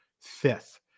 Fifth